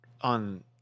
on